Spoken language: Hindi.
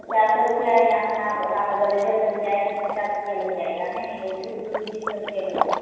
तो चार सौ रुपए यहाँ से नाम राम तक जाएँगे तो पचास रुपया लग जाएगा नहीं वैसे तो दस बीस का खेल है